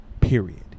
period